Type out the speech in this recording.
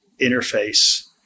interface